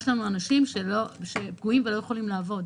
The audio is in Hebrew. יש לנו אנשים שנפגעו ולא יכולים לעבוד.